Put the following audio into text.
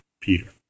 Peter